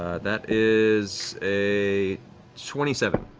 ah that is a twenty seven.